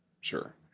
sure